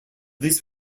least